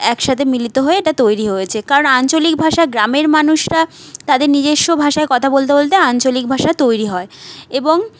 একসাথে মিলিত হয়ে এটা তৈরি হয়েছে কারণ আঞ্চলিক ভাষা গ্রামের মানুষরা তাদের নিজেস্ব ভাষায় কথা বলতে বলতে আঞ্চলিক ভাষা তৈরি হয় এবং